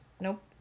Nope